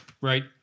Right